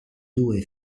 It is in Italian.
due